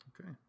okay